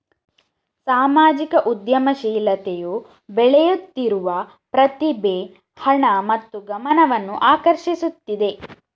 ಸಾಮಾಜಿಕ ಉದ್ಯಮಶೀಲತೆಯು ಬೆಳೆಯುತ್ತಿರುವ ಪ್ರತಿಭೆ, ಹಣ ಮತ್ತು ಗಮನವನ್ನು ಆಕರ್ಷಿಸುತ್ತಿದೆ